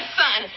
son